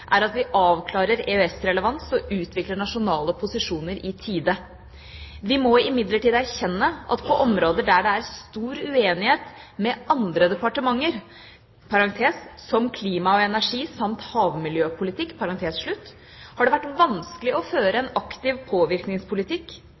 er at vi avklarer EØS-relevans og utvikler nasjonale posisjoner i tide. Vi må imidlertid erkjenne at på områder der det er stor uenighet med andre departementer har det vært vanskelig å føre en aktiv påvirkningspolitikk. Denne utviklingen bidrar til å